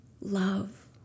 love